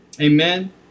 Amen